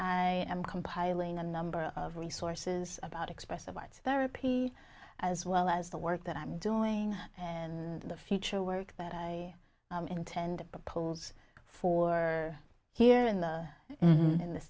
i am compiling a number of resources about expressive arts very p as well as the work that i'm doing and the future work that i intend poles for here in the in the